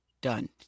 done